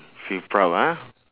feel proud ah